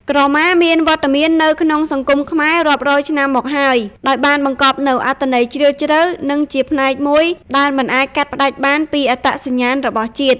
ក្រមាមានវត្តមាននៅក្នុងសង្គមខ្មែររាប់រយឆ្នាំមកហើយ ដោយបានបង្កប់នូវអត្ថន័យជ្រាលជ្រៅ និងជាផ្នែកមួយដែលមិនអាចកាត់ផ្តាច់បានពីអត្តសញ្ញាណរបស់ជាតិ។